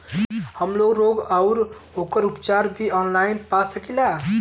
हमलोग रोग अउर ओकर उपचार भी ऑनलाइन पा सकीला?